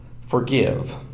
forgive